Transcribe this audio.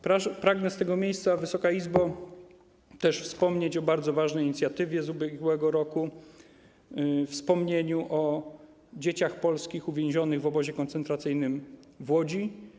Pragnę z tego miejsca, Wysoka Izbo, też wspomnieć o bardzo ważnej inicjatywie z ubiegłego roku, o wspomnieniu o dzieciach polskich uwięzionych w obozie koncentracyjnym w Łodzi.